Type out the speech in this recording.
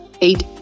Eight